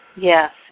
Yes